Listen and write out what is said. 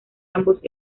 ambos